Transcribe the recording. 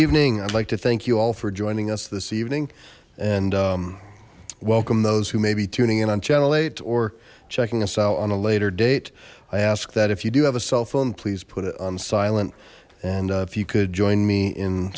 evening i'd like to thank you all for joining us this evening and welcome those who may be tuning in on channel eight or checking us out on a later date i ask that if you do have a cell phone please put it on silent and if you could join me in